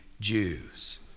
Jews